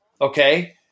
okay